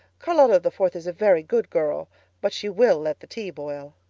charlotta the fourth is a very good girl but she will let the tea boil.